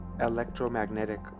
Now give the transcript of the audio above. electromagnetic